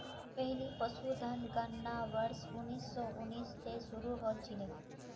पहली पशुधन गणना वर्ष उन्नीस सौ उन्नीस त शुरू हल छिले